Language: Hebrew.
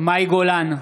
מאי גולן,